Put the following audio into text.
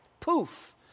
Poof